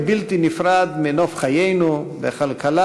לכן,